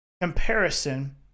Comparison